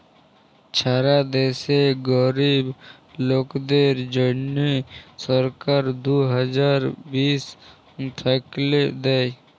ছারা দ্যাশে গরীব লোকদের জ্যনহে সরকার দু হাজার বিশ থ্যাইকে দেই